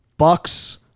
bucks